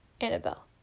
Annabelle